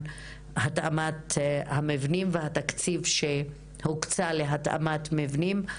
התאמת המבנים והתקציב שהוקצה להתאמת מבנים.